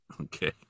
okay